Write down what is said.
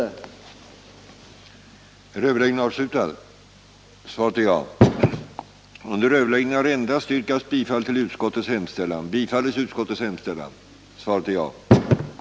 ende handelssanktioner mot Israel